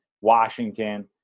Washington